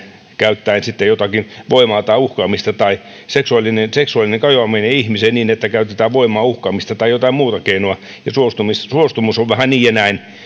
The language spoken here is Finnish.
käyttäen sitten jotakin voimaa tai uhkaamista ja seksuaalinen kajoaminen ihmiseen niin että käytetään voimaa uhkaamista tai jotain muuta keinoa ja suostumus on vähän